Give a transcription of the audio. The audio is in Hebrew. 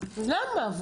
למה?